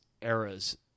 eras